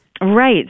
Right